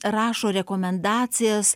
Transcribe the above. rašo rekomendacijas